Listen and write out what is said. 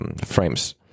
frames